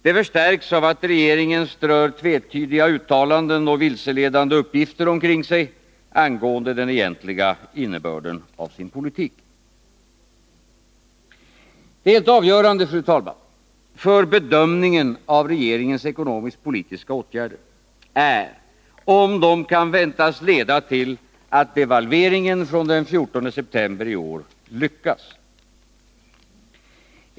Detta förstärks av att regeringen strör tvetydiga uttalanden och vilseledande uppgifter omkring sig angående den egentliga innebörden av sin politik. Det helt avgörande, fru talman, för bedömningen av regeringens ekonomiskt-politiska åtgärder är om de kan väntas leda till att devalveringen från den 14 september i år lyckas.